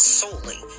solely